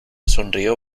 sonrió